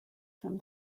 from